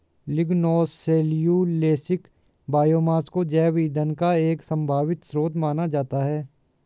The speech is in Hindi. लिग्नोसेल्यूलोसिक बायोमास को जैव ईंधन का एक संभावित स्रोत माना जाता है